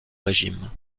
régime